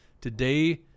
Today